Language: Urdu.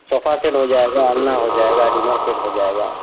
صوفا سیٹ ہو جائے گا النا ہو جائے گا ڈمر سیٹ ہو جائے گا